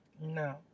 No